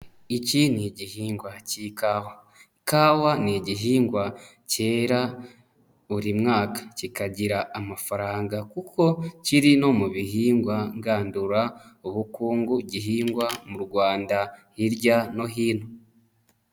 Iki ni igihingwa cy'ikawa. Kawa ni igihingwa cyera buri mwaka. Kikagira amafaranga kuko kiri no mu bihingwa ngandurabukungu gihingwa mu Rwanda, hirya no hino.